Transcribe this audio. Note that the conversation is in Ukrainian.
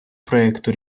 проекту